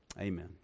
amen